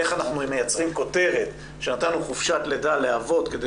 איך אנחנו מייצרים כותרת שנתנו חופשת לידה לאבות כדי